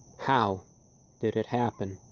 how did it happen?